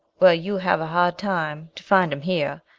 well, you have a hard time to find em here.